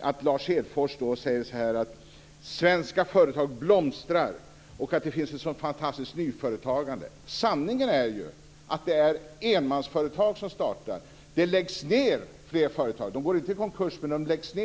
att Lars Hedfors säger att svenska företag blomstrar, och att det finns ett sådant fantastiskt nyföretagande. Sanningen är ju att det är enmansföretag som startas. Det läggs ned fler företag. De går inte i konkurs - men de läggs ned.